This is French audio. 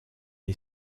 est